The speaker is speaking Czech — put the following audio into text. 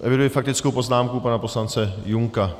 Eviduji faktickou poznámka pana poslance Junka.